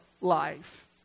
life